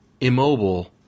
immobile